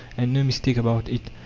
and no mistake about it.